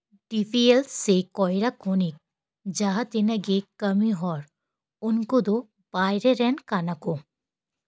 ᱰᱤ P L ᱥᱮ ᱠᱚᱭᱞᱟ ᱠᱷᱚᱱᱤ ᱡᱟᱦᱟᱸ ᱛᱤᱱᱟᱹᱜ ᱜᱮ ᱠᱟᱹᱢᱤ ᱦᱚᱲ ᱩᱱᱠᱩ ᱫᱚ ᱵᱟᱭᱨᱮ ᱨᱮᱱ ᱠᱟᱱᱟ ᱠᱚ